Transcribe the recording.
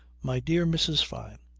my dear mrs. fyne,